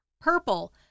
Purple